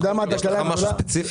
ינון, יש לך משהו ספציפי?